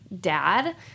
dad